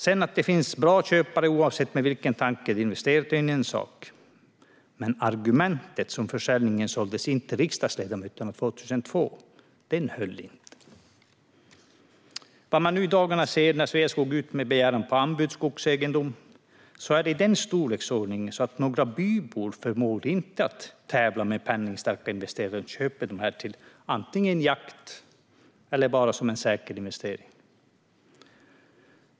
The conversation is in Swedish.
Att det sedan finns bra köpare oavsett med vilken tanke de investerar är en sak, men argumentet för försäljningen som såldes in till riksdagsledamöterna 2002 höll inte. Herr talman! Vad man nu i dagarna ser när Sveaskog går ut och begär anbud på skogsegendomar är att de är i en sådan storleksordning att inte några bybor förmår att tävla med penningstarka investerare, som köper dessa till antingen jakt eller bara som en säker investering.